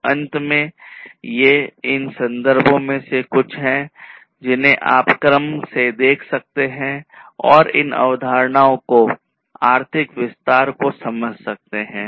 तो अंत में ये इन संदर्भों में से कुछ हैं जिन्हें आप क्रम से देख सकते हैं और इन अवधारणाओं को अधिक विस्तार से समझ सकते हैं